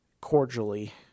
cordially